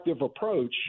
approach